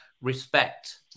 respect